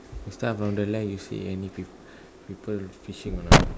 start from the left you see any people people fishing or not